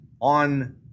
on